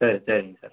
சரி சரிங்க சார்